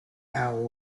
our